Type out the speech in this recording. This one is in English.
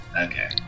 Okay